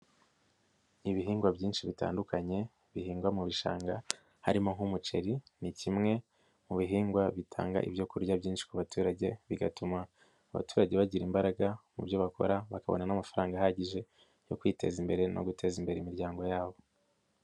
Ibihingwa byinshi bitandukanye bihingwa mu bishanga harimo nk'umuceri ni kimwe mu bihingwa bitanga ibyo kurya byinshi ku baturage bigatuma abaturage bagira imbaraga mu byo bakora bakabona n'amafaranga ahagije yo kwiteza imbere no guteza imbere imiryango yabo.